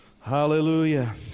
Hallelujah